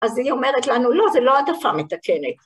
‫אז היא אומרת לנו, ‫לא, זו לא העדפה מתקנת.